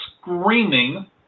screaming